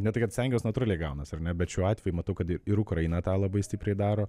ne tai kad stengiuos natūraliai gaunasi ar ne bet šiuo atveju matau kad ir ukraina tą labai stipriai daro